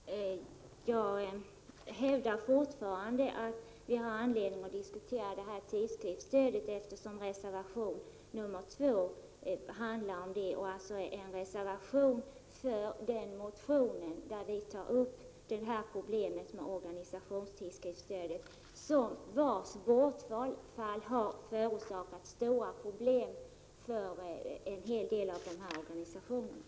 Fru talman! Jag hävdar fortfarande att vi har anledning att diskutera tidskriftsstödet. Reservation 2 tar ju upp stödet, och även i vår motion tar vi upp problemet med organisationstidskriftsstödet. Bortfallet av stödet har förorsakat stora problem för en hel del av dessa organisationer.